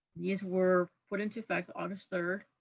these were put into effect august third,